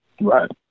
Right